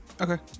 Okay